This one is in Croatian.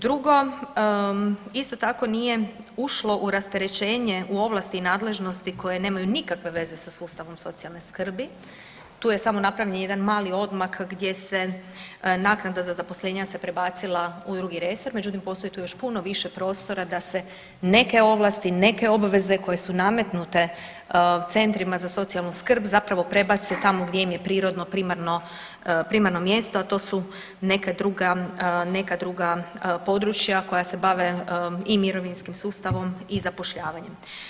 Drugo, isto tako nije ušlo u rasterećenje u ovlasti nadležnosti koje nemaju nikakve veze sa sustavom socijalne skrbi, tu je samo napravljen jedan mali odmak gdje se naknada za zaposlenja se prebacila u drugi resor, međutim postoji tu još puno više prostora da se neke ovlasti, neke obveze koje su nametnute centrima za socijalnu skrb zapravo prebace tamo gdje im je prirodno primarno mjesto, a to su neka druga područja koja se bave i mirovinskim sustavom i zapošljavanjem.